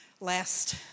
last